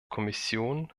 kommission